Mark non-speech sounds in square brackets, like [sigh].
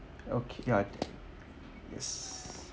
okay yeah [noise]